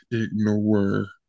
ignore